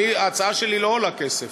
ההצעה שלי לא עולה כסף.